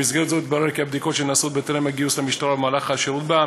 במסגרת זו התברר כי הבדיקות שנעשות טרם הגיוס למשטרה ובמהלך השירות בה,